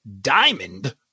Diamond